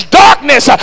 darkness